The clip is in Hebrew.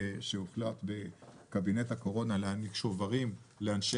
הוחלט בקבינט הקורונה להעניק שוברים לאנשי